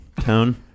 tone